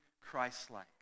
Christ-like